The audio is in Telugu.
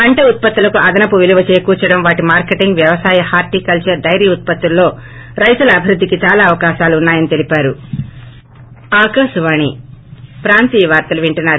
పంట ఉత్పత్తులకి అదనపు విలువ చేకూర్చడం వాటి మార్కెటింగ్ వ్యవసాయ హార్లికల్సర్ డైరీ ఉత్పత్తుల్లో రైతుల అభివృద్దికి చాలా అవకాశాలు ఉన్నాయి అని తెలిపారు